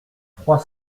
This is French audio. trois